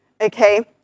Okay